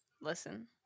listen